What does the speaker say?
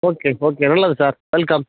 okay okay நல்லது sir welcome